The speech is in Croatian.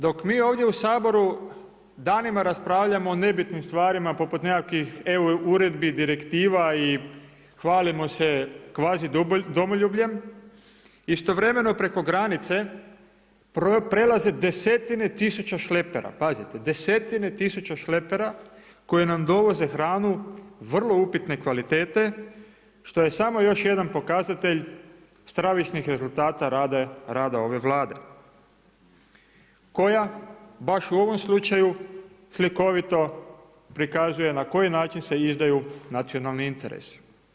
Dok mi ovdje u Saboru danima raspravljamo o nebitnim stvarima poput nekakvih eu uredbi, direktiva i hvalimo se kvazi domoljubljem, istovremeno preko granice prelaze desetine tisuća šlepera, pazite desetine tisuća šlepera koji nam dovoze hranu vrlo upitne kvalitete, što je samo još jedan pokazatelj stravičnih rezultat rada ove Vlade koja baš u ovom slučaju slikovito prikazuje na koji način se izdaju nacionalni interesi.